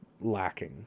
lacking